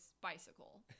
bicycle